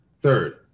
third